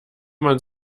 man